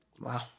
Wow